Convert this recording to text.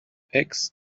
eggs